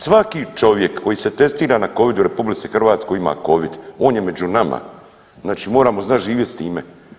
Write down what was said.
Svaki čovjek koji se testira na covid u RH ima covid, on je među nama znači moramo znat živjet s time.